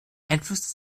einfluss